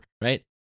right